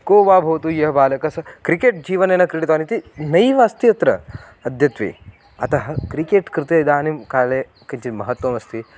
को वा भवतु यः बालकः स क्रिकेट् जीवने न क्रीडितवानिति नैव अस्ति अत्र अद्यत्वे अतः क्रिकेट् कृते इदानिं काले किञ्चित् महत्वमस्ति